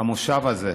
במושב הזה,